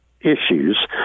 issues